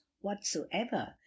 whatsoever